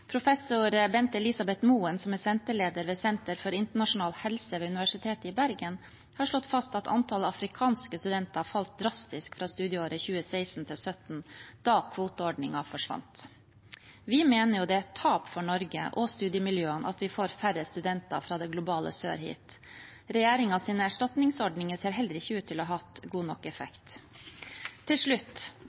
Professor Bente Elisabeth Moen, som er leder ved Senter for internasjonal helse ved Universitetet i Bergen, har slått fast at antallet afrikanske studenter falt drastisk fra studieåret 2016 til 2017, da kvoteordningen forsvant. Vi mener det er et tap for Norge og studiemiljøene at vi får færre studenter fra det globale sør hit. Regjeringens erstatningsordninger ser heller ikke ut til å ha hatt god nok effekt. Til slutt: